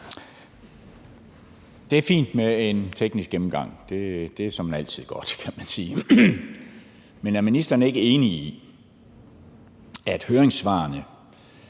Det er fint med en teknisk gennemgang, det er såmænd altid godt, kan man sige. Men er ministeren ikke enig i, at de høringssvar,